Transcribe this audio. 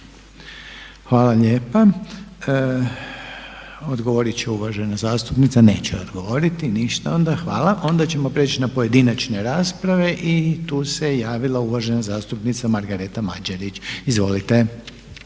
Hvala lijepa. Odgovorit će uvažena zastupnica? Neće odgovoriti, ništa onda. Hvala. Onda ćemo prijeći na pojedinačne rasprave. Tu se javila uvažena zastupnica Margareta Mađerić, izvolite.